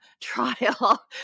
trial